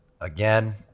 again